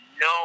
no